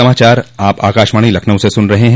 यह समाचार आप आकाशवाणी लखनऊ से सुन रहे हैं